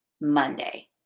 Monday